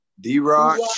D-Rock